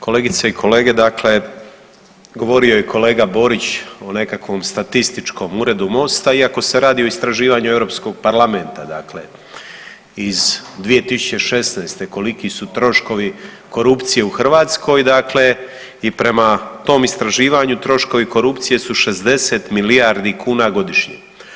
Kolegice i kolege, dakle govorio je kolega Borić o nekakvom statističkom uredu MOST-a iako se radi o istraživanju Europskog parlamenta iz 2016. koliki su troškovi korupcije u Hrvatskoj, dakle i prema tom istraživanju troškovi korupcije su 60 milijardi kuna godišnje.